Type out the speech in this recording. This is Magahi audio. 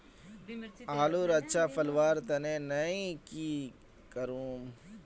आलूर अच्छा फलवार तने नई की करूम?